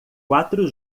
quatro